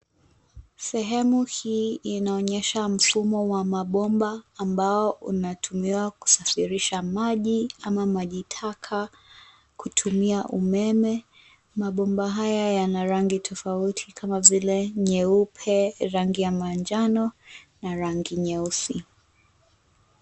Sehemu hii inaonyesha mfumo wa mabomba ambao unatumiwa kusafirisha maji ama maji taka kutumia umeme. Mabomba haya yana rangi tofauti kama vile nyeupe, rangi ya manjano na rangi nyeusi.